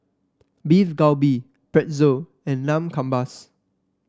Beef Galbi Pretzel and Lamb Kebabs